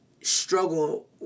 struggle